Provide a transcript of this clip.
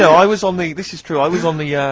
so i was on the this is true i was on the, ah,